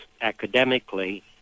academically